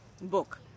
book